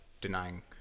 denying